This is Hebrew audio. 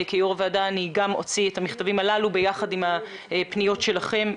כיושבת ראש הוועדה אני אוציא את המכתבים הללו יחד עם הפניות שלכם,